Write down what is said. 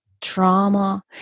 Trauma